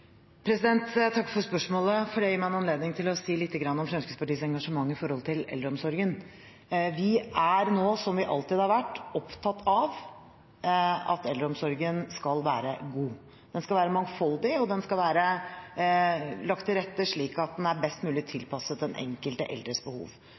Jeg takker for spørsmålet, for det gir meg en anledning til å si litt om Fremskrittspartiets engasjement når det gjelder eldreomsorgen. Vi er nå, som vi alltid har vært, opptatt av at eldreomsorgen skal være god. Den skal være mangfoldig, og den skal være lagt til rette slik at den er best mulig